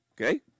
okay